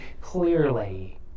clearly